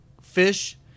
fish